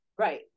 Right